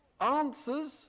answers